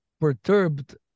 perturbed